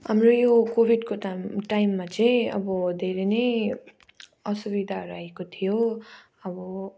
हाम्रो यो कोभिडको टाइम टाइममा चाहिँ अब धेरै नै असुविधाहरू आएको थियो अब